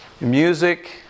Music